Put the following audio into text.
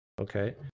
Okay